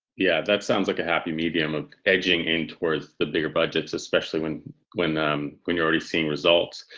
yeah that sounds like a happy medium of edging in towards the bigger budgets especially when when um when you're already seeing results.